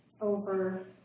over